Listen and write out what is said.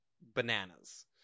bananas